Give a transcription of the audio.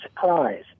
surprise